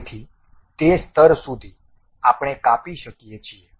તેથી તે સ્તર સુધી આપણે કાપી શકીએ છીએ